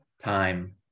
time